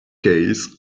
case